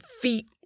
feet